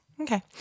Okay